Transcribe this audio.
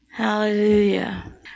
Hallelujah